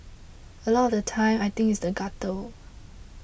a lot of the time I think it's the gutter